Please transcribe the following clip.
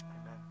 Amen